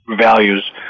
values